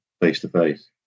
face-to-face